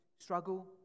struggle